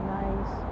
nice